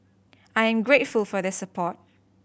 I am grateful for their support